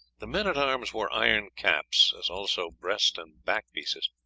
the men-at-arms wore iron caps, as also breast and back pieces.